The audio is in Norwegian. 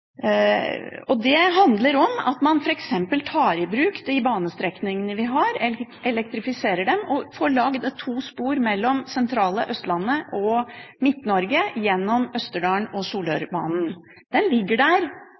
Det handler om at man f.eks. tar i bruk de banestrekningene vi har, elektrifiserer dem og får lagd to spor mellom det sentrale Østlandet og Midt-Norge, gjennom Østerdalen og på Solørbanen. Den ligger der,